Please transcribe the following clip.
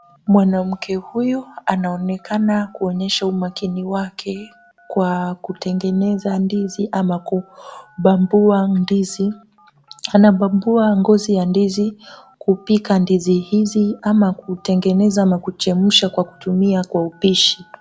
Mwanamke huyu anaonekana kuonyesha umakini wake kwa kutengeneza ndizi ama kubambua ndizi. Anabambua ngozi ya ndizi na kupika ndizi hizi au kuchemsha kwa kutumia kwa upishi.